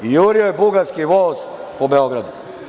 Jurio je bugarski voz po Beogradu.